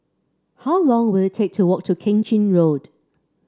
how long will it take to walk to Keng Chin Road